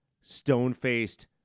stone-faced